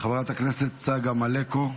חברת הכנסת צגה מלקו.